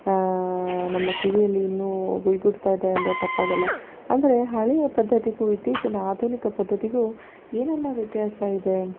ನಮ್ಮ ಕಿವಿಯಲ್ಲಿ ಇನ್ನೂ ಗುಯ್ ಗುಡ್ತಾ ಇದೆ ಅಂದರೆ ತಪ್ಪಾಗಲ್ಲ ಅಂದರೆ ಹಳೆಯ ಪದ್ದತಿಗೂ ಇತ್ತೀಚಿನ ಆಧುನಿಕ ಪದ್ದತಿಗೂ ಏನೆಲ್ಲಾ ವ್ಯತ್ಯಾಸ ಇದೆ